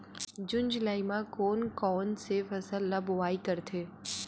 जून जुलाई म कोन कौन से फसल ल बोआई करथे?